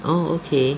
oh okay